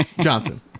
Johnson